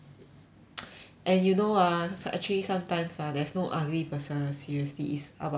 and you know ah some actually sometimes ah there's no ugly person seriously is about how much